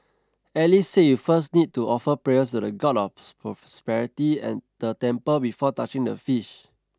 Alice said you first need to offer prayers to the God of Prosperity at the temple before touching the fish